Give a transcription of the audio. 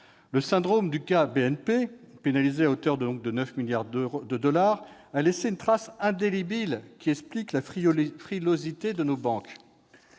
Le syndrome de la BNP, qui a été pénalisée à hauteur de 9 milliards de dollars, a laissé une trace indélébile, qui explique la frilosité de nos